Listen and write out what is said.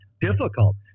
difficult